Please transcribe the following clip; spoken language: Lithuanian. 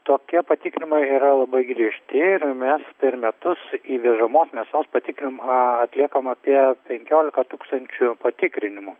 tokie patikrinimai yra labai griežti ir mes per metus įvežamos mėsos patikrim aa atliekam apie penkiolika tūkstančių patikrinimų